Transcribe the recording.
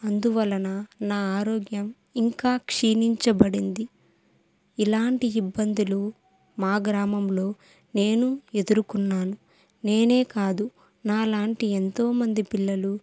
అందువలన నా ఆరోగ్యం ఇంకా క్షీణించబడింది ఇలాంటి ఇబ్బందులు మా గ్రామంలో నేను ఎదుర్కున్నాను నేనే కాదు నాలాంటి ఎంతోమంది పిల్లలు